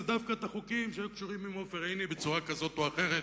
זה דווקא את החוקים שהיו קשורים עם עופר עיני בצורה כזאת או אחרת.